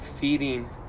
feeding